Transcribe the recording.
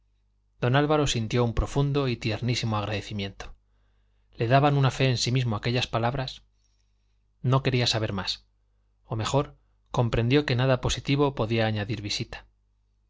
don álvaro sintió un profundo y tiernísimo agradecimiento le daban una fe en sí mismo aquellas palabras no quería saber más o mejor comprendió que nada positivo podía añadir visita